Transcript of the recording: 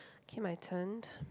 okay my turn